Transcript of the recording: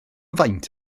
faint